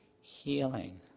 healing